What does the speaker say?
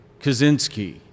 Kaczynski